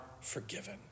forgiven